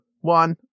One